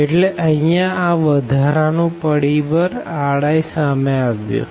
એટલે અહિયાં આ વધારા નું પરિબળ ri સામે આવ્યુ છે